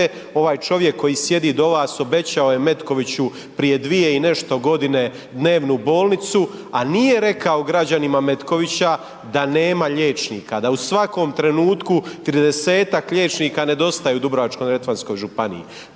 ovaj čovjek koji sjedi do vas obećao je Metkoviću prije dvije i nešto godine dnevnu bolnicu, a nije rekao građanima Metkovića da nema liječnika, da u svakom trenutku 30-tak liječnika nedostaje u Dubrovačko-neretvanskoj županiji,